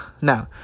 no